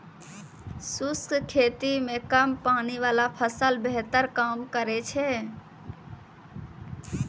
शुष्क खेती मे कम पानी वाला फसल बेहतर काम करै छै